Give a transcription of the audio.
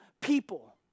people